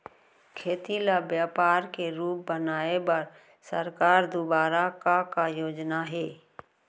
खेती ल व्यापार के रूप बनाये बर सरकार दुवारा का का योजना हे?